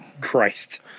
Christ